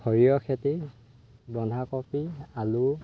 সৰিয়ঁহ খেতি বন্ধাকবি আলু